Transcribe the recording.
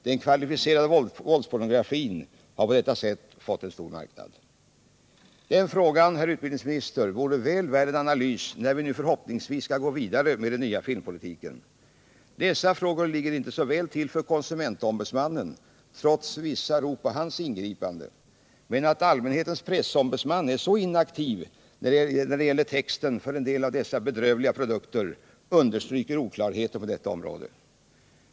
Den kvalificerade våldspornografin har på detta sätt fått en stor marknad. Den frågan, herr utbildningsminister, vore väl värd en analys när vi nu förhoppningsvis skall gå vidare med den nya filmpolitiken. Dessa frågor ligger inte så väl till för konsumentombudsmannen trots vissa rop på hans ingripande. Att allmänhetens pressombudsman är så inaktiv när det gäller texten för en del av dessa bedrövliga produkter understryker oklarheten på detta område.